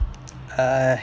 err